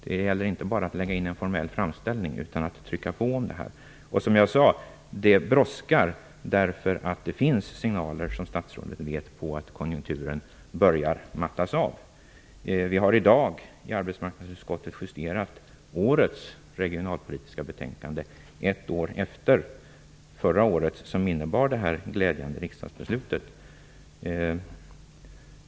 Det handlar inte bara om att lämna in en formell framställan utan också om att trycka på här. Som jag sagt: Det brådskar. Det finns, som statsrådet alltså vet, signaler om att konjunkturen börjar mattas av. I dag har vi i arbetsmarknadsutskottet justerat årets regionalpolitiska betänkande. Det är alltså ett år sedan förra årets, som alltså innebar nämnda glädjande riksdagsbeslut.